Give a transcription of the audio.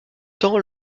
tant